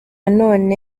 none